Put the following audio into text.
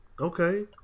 Okay